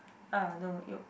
ah no you